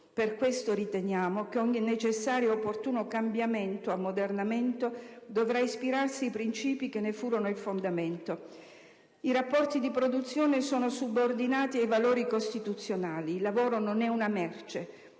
Per questo, riteniamo che ogni necessario e opportuno cambiamento o ammodernamento dovrà ispirarsi ai principi che ne furono il fondamento: i rapporti di produzione sono subordinati ai valori costituzionali, il lavoro non è una merce,